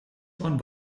bahn